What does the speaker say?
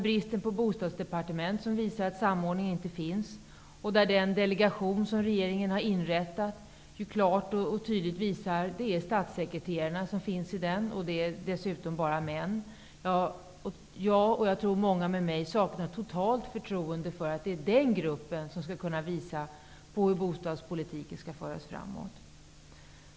Bristen på Bostadsdepartement visar att samordning inte finns. Den delegation som regeringen har tillsatt består av statssekreterare, dessutom bara män. Jag och jag tror många med mig saknar totalt förtroende för att den gruppen skall kunna visa hur bostadspolitiken skall föras framåt.